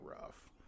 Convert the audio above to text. rough